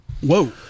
Whoa